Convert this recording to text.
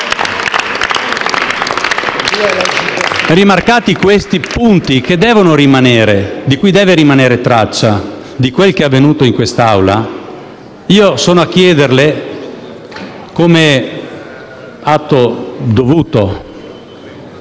Rimarcati questi punti di cui deve rimanere traccia, relativi a quel che è avvenuto in quest'Aula, io sono a chiederle, Presidente, come atto dovuto,